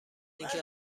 اینکه